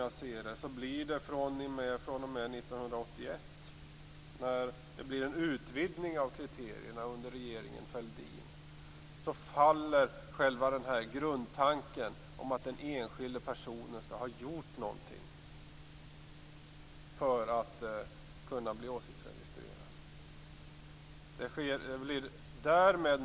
Jag ser det som uppenbart att fr.o.m. 1981, då det under regeringen Fälldin blir en utvidgning av kriterierna, faller själva grundtanken om att den enskilde personen skall ha gjort någonting för att kunna bli åsiktsregistrerad.